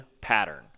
pattern